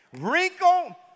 Wrinkle